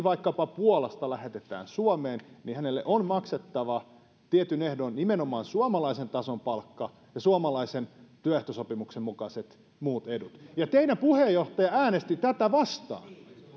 vaikkapa puolasta lähetetään suomeen niin hänelle on maksettava tietyin ehdoin nimenomaan suomalaisen tason palkka ja suomalaisen työehtosopimuksen mukaiset muut edut teidän puheenjohtajanne äänesti tätä vastaan